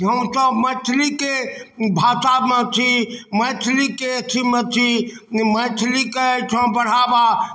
हमसब मैथिलीके भाषामे छी मैथिलीके अथीमे छी मैथिलीके अयठाम बढ़ावा